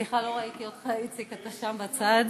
סליחה, לא ראיתי אותך, איציק, אתה שם בצד.